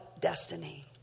destiny